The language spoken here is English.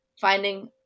finding